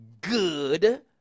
good